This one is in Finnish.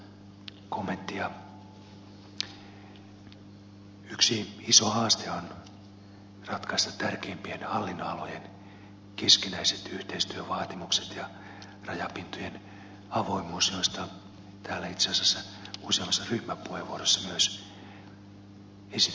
yksi iso haaste on ratkaista tärkeimpien hallinnonalojen keskinäiset yhteistyövaatimukset ja rajapintojen avoimuus joista täällä itse asiassa useammassa ryhmäpuheenvuorossa myös esitettiin huomioita